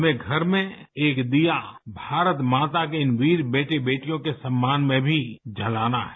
हमें घर में एक दीया भारत माता के इन वीर बेटे बेटियों के सम्मान में भी जलाना है